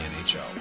NHL